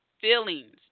feelings